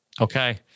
Okay